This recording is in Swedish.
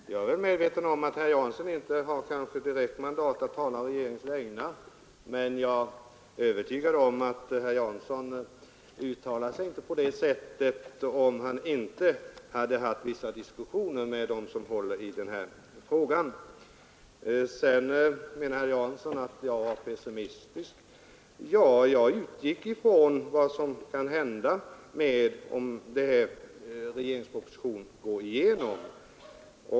Fru talman! Jag är medveten om att herr Jansson kanske inte har direkt mandat att tala å regeringens vägnar, men jag är övertygad om att han inte skulle uttala sig på det här sättet om han inte hade haft vissa diskussioner med dem som håller i frågan. Herr Jansson menar att jag var pessimistisk. Ja, jag utgick från vad som kan hända om regeringspropositionen går igenom.